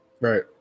right